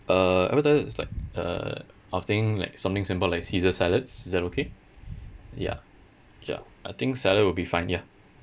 uh appetiser is like uh I was thinking like something simple like caesar salads is that okay ya ya I think salad will be fine ya